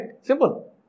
Simple